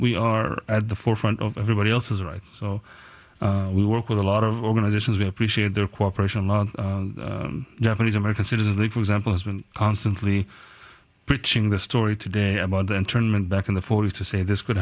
we are at the forefront of everybody else's rights so we work with a lot of organizations we appreciate their cooperation of japanese american citizens they for example has been constantly preaching the story today about the internment back in the forty's to say this could